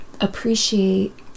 appreciate